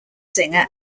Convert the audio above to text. singer